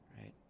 right